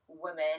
women